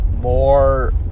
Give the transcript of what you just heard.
more